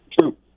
True